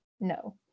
No